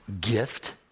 gift